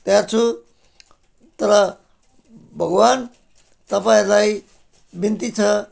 तयार छु तर भगवान् तपाईँहरूलाई बिन्ती छ